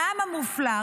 העם המופלא.